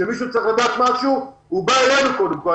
כאשר מישהו צריך לדעת משהו הוא בא אלינו קודם כול.